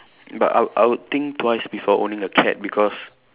but I would I would think twice before owning a cat because